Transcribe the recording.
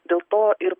dėl to ir